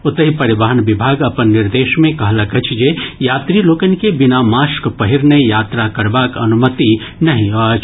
ओतहि परिवहन विभाग अपन निर्देश मे कहलक अछि जे यात्री लोकनि के बिना मास्क पहिरने यात्रा करबाक अनुमति नहि अछि